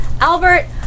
Albert